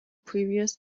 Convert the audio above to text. previous